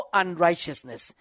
unrighteousness